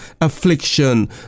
affliction